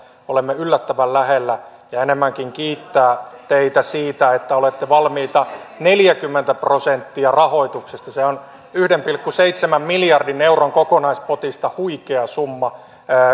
olemme yllättävän lähellä ja enemmänkin kiittää teitä siitä että olette valmiita neljäkymmentä prosenttia rahoituksesta sehän on yhden pilkku seitsemän miljardin euron kokonaispotista huikea summa